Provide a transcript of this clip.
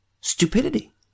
stupidity